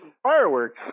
Fireworks